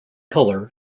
color